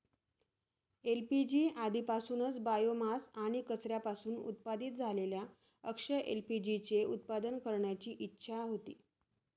LPG आधीपासूनच biomass आणि कचऱ्यापासून उत्पादित झालेल्या अक्षय एल.पी.जी चे उत्पादन करण्याची इच्छा होती